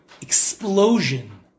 explosion